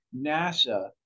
NASA